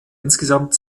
insgesamt